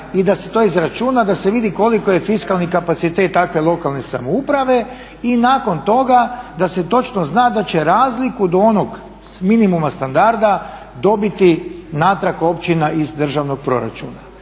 i da se to izračuna da se vidi koliko je fiskalni kapacitet takve lokalne samouprave. Nakon toga da se točno zna da će razliku do onog minimuma standarda dobiti natrag općina iz državnog proračuna.